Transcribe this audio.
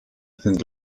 sind